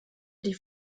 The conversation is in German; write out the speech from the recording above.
die